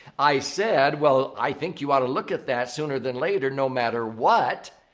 i said, well, i think you ought to look at that sooner than later no matter what.